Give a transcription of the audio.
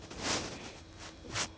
oh